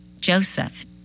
Joseph